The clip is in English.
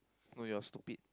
no you're stupid